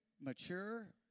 mature